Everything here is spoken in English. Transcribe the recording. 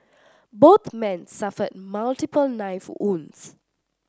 both men suffered multiple knife wounds